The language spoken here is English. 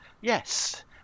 Yes